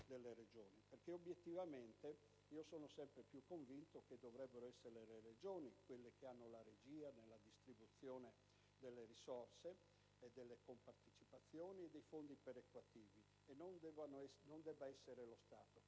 Regioni. Infatti, sono sempre più convinto che dovrebbero essere le Regioni a detenere la regia della distribuzione delle risorse, delle compartecipazioni e dei fondi perequativi, e che non debba essere lo Stato,